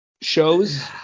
shows